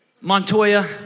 Montoya